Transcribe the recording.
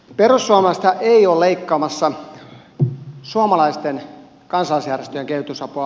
perussuomalaisethan eivät ole leikkaamassa suomalaisten kansalaisjärjestöjen kehitysapua